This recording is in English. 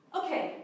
okay